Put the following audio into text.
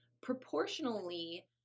proportionally